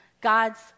God's